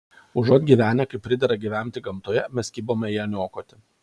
užuot gyvenę kaip pridera gyventi gamtoje mes kibome ją niokoti